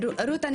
רות,